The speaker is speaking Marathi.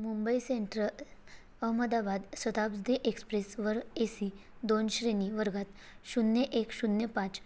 मुंबई सेंट्र अहमदाबाद शताब्दी एक्सप्रेसवर ए सी दोन श्रेणी वर्गात शून्य एक शून्य पाच